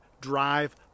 drive